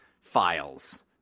files